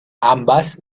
ambas